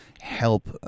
help